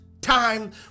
time